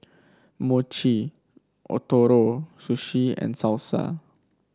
Mochi Ootoro Sushi and Salsa